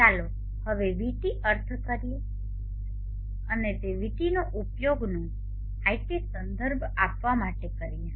ચાલો હવે vT અર્થ કરીએ અને તે vT નો ઉપયોગ નો iT સંદર્ભ આપવા માટે કરીએ